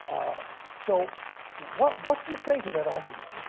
so what what do you say to that argument? i,